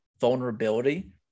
vulnerability